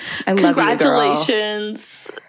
Congratulations